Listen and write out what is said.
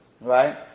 right